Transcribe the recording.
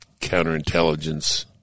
counterintelligence